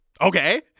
Okay